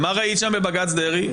מה ראית שם בבג"ץ דרעי?